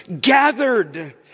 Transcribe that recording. gathered